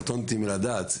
קטונתי מלדעת.